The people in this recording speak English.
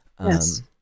Yes